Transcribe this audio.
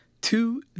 two